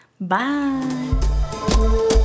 bye